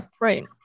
Right